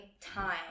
time